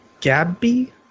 Gabby